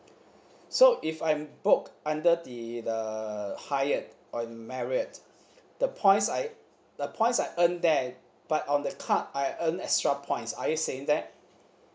so if I'm book under the the hyatt or marriott the points I the points I earn there but on the card I earn extra points are you saying that